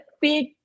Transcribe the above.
big